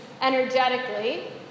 energetically